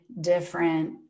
different